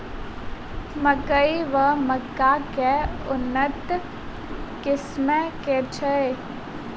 मकई वा मक्का केँ उन्नत किसिम केँ छैय?